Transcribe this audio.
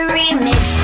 remix